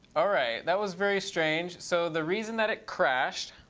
all right, that was very strange. so the reason that it crashed